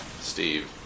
Steve